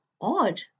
odd